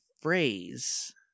phrase